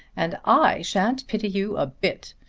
and i shan't pity you a bit.